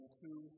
two